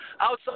Outside